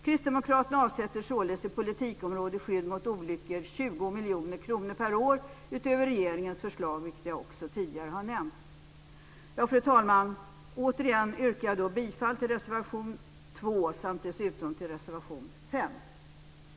Kristdemokraterna avsätter således för politikområdet skydd mot olyckor 20 miljoner kronor per år utöver regeringens förslag, vilket jag tidigare har nämnt. Fru talman! Jag yrkar återigen bifall till reservation 2 samt till reservation 5.